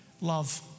love